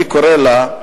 אני קורא לה,